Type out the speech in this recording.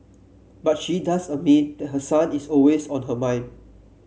but she does admit that her son is always on her mind